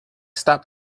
stopped